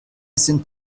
sind